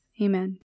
Amen